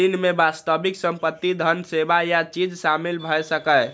ऋण मे वास्तविक संपत्ति, धन, सेवा या चीज शामिल भए सकैए